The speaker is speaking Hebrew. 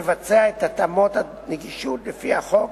לבצע את התאמות הנגישות לפי החוק,